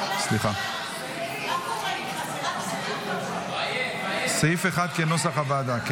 סעיף 1 נתקבל כנוסח הוועדה.